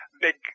big